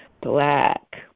black